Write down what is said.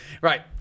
Right